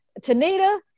Tanita